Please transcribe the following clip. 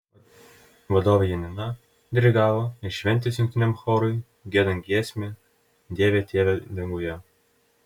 vadovė janina dirigavo ir šventės jungtiniam chorui giedant giesmę dieve tėve danguje